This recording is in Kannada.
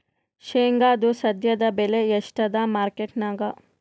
ಶೇಂಗಾದು ಸದ್ಯದಬೆಲೆ ಎಷ್ಟಾದಾ ಮಾರಕೆಟನ್ಯಾಗ?